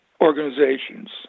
organizations